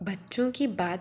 बच्चों की बात